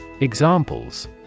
Examples